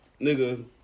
nigga